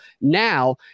now